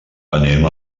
anem